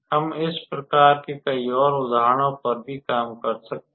हम इस प्रकार के कई और उदाहरणों पर भी काम कर सकते हैं